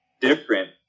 different